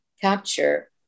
capture